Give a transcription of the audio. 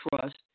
trust